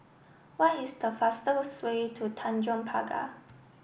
what is the fastest way to Tanjong Pagar